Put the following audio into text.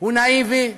הוא נאיבי,